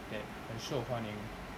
that 很受欢迎